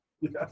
yes